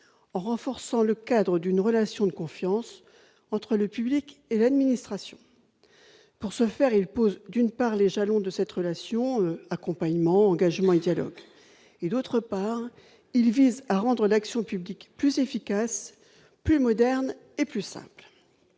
en renforçant le cadre d'une relation de confiance entre le public et l'administration, pour ce faire, il pose d'une part les jalons de cette relation accompagnement engagement et dialogue et d'autre part, il vise à rendre l'action publique plus efficace, plus moderne et plus 5